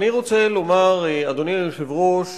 אדוני היושב-ראש,